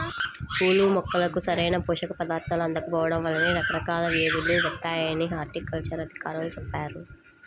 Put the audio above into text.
పూల మొక్కలకు సరైన పోషక పదార్థాలు అందకపోడం వల్లనే రకరకాల వ్యేదులు వత్తాయని హార్టికల్చర్ అధికారులు చెప్పారు